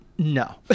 no